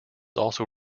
also